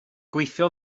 gweithio